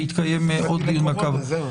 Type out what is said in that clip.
יתקיים עוד דיון מעקב.